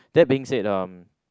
that being said uh